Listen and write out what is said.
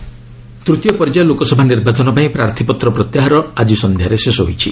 election ତୂତୀୟ ପର୍ଯ୍ୟାୟ ଲୋକସଭା ନିର୍ବାଚନ ପାଇଁ ପ୍ରାର୍ଥୀପତ୍ର ପ୍ରତ୍ୟାହାର ଆଜି ସନ୍ଧ୍ୟାରେ ଶେଷ ହୋଇଛି